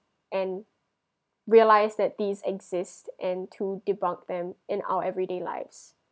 and realize that this exist and to debunk them in our everyday lives